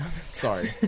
Sorry